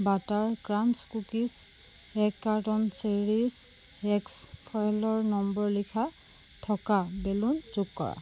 butter crunch cookies এক carton series X ফইলৰ number লিখা থকা বেলুন যোগ কৰা